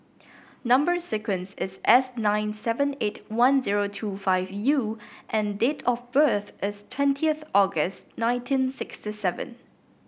number sequence is S nine seven eight one zero two five U and date of birth is twentieth August nineteen sixty seven